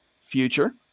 future